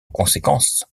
conséquence